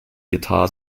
guitars